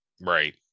Right